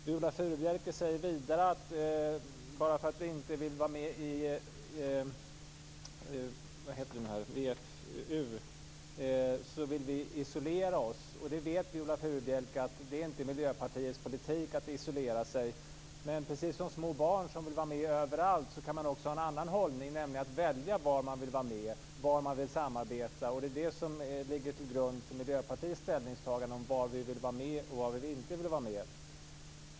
Viola Furubjelke säger vidare att bara för att vi inte vill vara med i VEU så vill vi isolera oss. Viola Furubjelke vet att det inte är Miljöpartiets politik att isolera sig. Men precis som små barn vill vara med överallt kan man också ha en annan hållning, nämligen att välja var man vill vara med, var man vill samarbeta. Det är det som ligger till grund för Miljöpartiets ställningstagande till var vi vill vara med och var vi inte vill vara med.